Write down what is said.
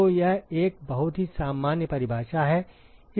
तो यह एक बहुत ही सामान्य परिभाषा है